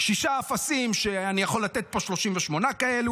שישה אפסים, שאני יכול לתת פה 38 כאלה.